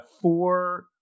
four